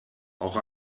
auch